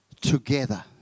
together